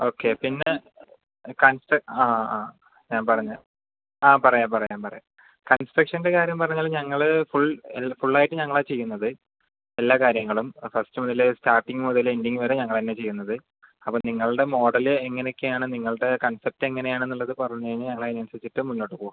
okay പിന്നെ കൺസ്ട്ര ആ ആ ഞാൻ പറഞ്ഞെ ആ പറയാം പറയാം പറയാം കൺസ്ട്രക്ഷൻ്റെ കാര്യം പറഞ്ഞാല് ഞങ്ങള് ഫുൾ ഫുള്ളായിട്ട് ഞങ്ങളാണ് ചെയ്യുന്നത് എല്ലാ കാര്യങ്ങളും ഫസ്റ്റ് മുതലേ സ്റ്റാർട്ടിങ്ങ് മുതലേ എൻഡിങ് വരെ ഞങ്ങള് തന്നെയാണ് ചെയ്യുന്നത് അപ്പൊൾ നിങ്ങളുടെ മോഡല് എങ്ങനൊക്കെയാണ് നിങ്ങളുടെ കൺസെപ്റ്റ് എങ്ങനെയാന്നുള്ളത് പറഞ്ഞ് കഴിഞ്ഞാൽ ഞങ്ങളതിനനുസരിച്ചിട്ട് മുന്നോട്ട് പോകും